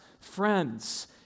Friends